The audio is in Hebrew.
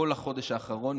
כל החודש האחרון,